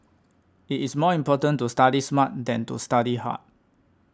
it is more important to study smart than to study hard